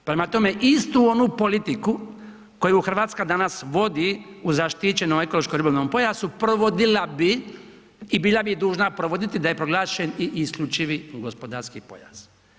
Prema tome, istu onu politiku koju RH danas vodi u zaštićenom ekološko ribolovnom pojasu, provodila bi i bila bi dužna provoditi da je proglašen i isključivi gospodarski pojas.